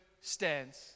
Stands